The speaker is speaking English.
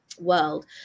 world